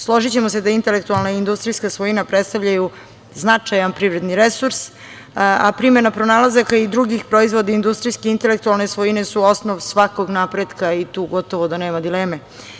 Složićemo se da intelekutalna i industrijska svojina predstavljaju značajan privredni resurs, a primena pronalazaka i drugih proizvoda industrijske i intelektualne svojine su osnov svakog napretka i tu gotovo da nema dileme.